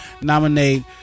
nominate